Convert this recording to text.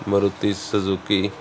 Maruti Suzuki